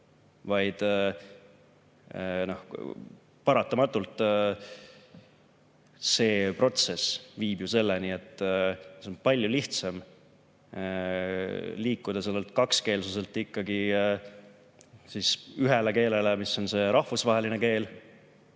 siis paratamatult see protsess viib ju selleni, et on palju lihtsam liikuda sellelt kakskeelsuselt ikkagi ühele keelele, mis on see rahvusvaheline keel.